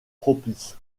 propice